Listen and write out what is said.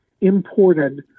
imported